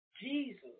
Jesus